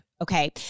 okay